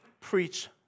preach